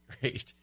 Great